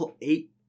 eight